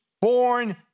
born